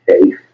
safe